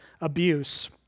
abuse